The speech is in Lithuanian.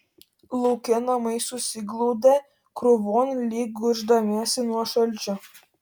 lauke namai susiglaudę krūvon lyg gūždamiesi nuo šalčio